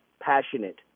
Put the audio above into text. passionate